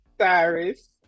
cyrus